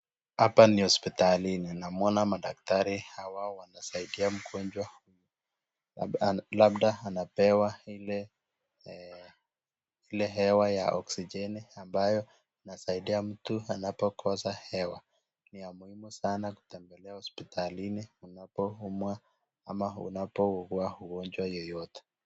Hapa ni hospitalini, nimwona madaktari hao wanamsaidia mgonjwa labda anapewa ile hewa ya oksijeni ambayo inasaidia mtu anapokosa hewa. Ni ya muhimu sana kutembelea hospitalini unapoumwa ama unapougua ugonjwa yeyote.